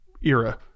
era